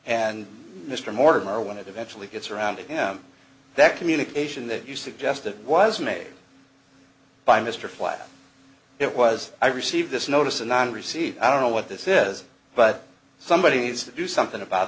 and mr mortimer when it eventually gets around to him that communication that you suggested was made by mr flagg it was i received this notice and on receipt i don't know what this says but somebody needs to do something about